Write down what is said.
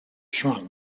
shrunk